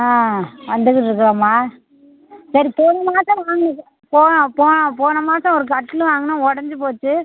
ஆ வந்துக்கிட்டுருக்கறோம்மா சரி போன மாசம் வாங்கிணது போ போன போன மாசம் ஒரு கட்டில் வாங்கணும் உடஞ்சி போச்சு